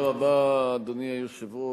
תודה רבה, אדוני היושב-ראש.